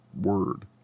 word